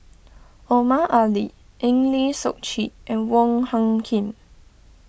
Omar Ali Eng Lee Seok Chee and Wong Hung Khim